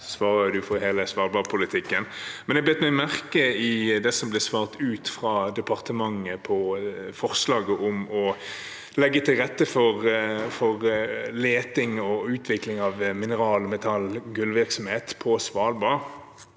svarer jo her for hele svalbardpolitikken. Jeg bet meg merke i det som ble svart ut fra departementet når det gjaldt forslaget om å legge til rette for leting og utvikling av mineral-, metall- og gullvirksomhet på Svalbard.